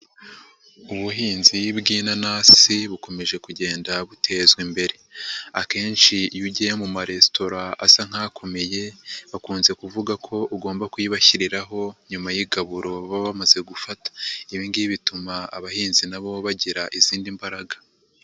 Ubuhinzi bw'inanasi bukomeje kugenda butezwa imbere, akenshi iyo ugiye mu maresitora asa nk'akomeye, bakunze kuvuga ko ugomba kuyibashyiriraho nyuma y'igaburo baba bamaze gufata, ibi ngibi bituma abahinzi na bo bagira izindi mbaraga.